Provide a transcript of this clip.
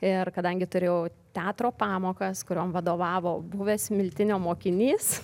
ir kadangi turėjau teatro pamokas kuriom vadovavo buvęs miltinio mokinys